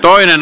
asia